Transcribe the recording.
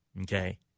okay